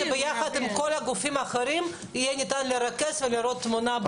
שביחד עם כל הגופים האחרים יהיה ניתן לרכז ולראות תמונה ברורה.